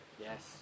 Yes